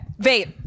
Vape